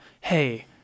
Hey